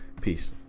Peace